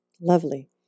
Lovely